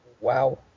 wow